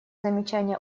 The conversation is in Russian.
замечания